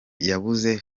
yabuze